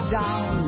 down